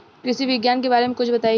कृषि विज्ञान के बारे में कुछ बताई